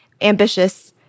ambitious